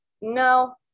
no